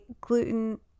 gluten